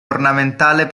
ornamentale